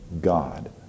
God